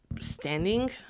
standing